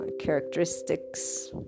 characteristics